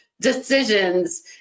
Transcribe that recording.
decisions